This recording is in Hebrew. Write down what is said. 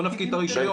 בואו נפקיד את הרישיון.